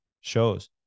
shows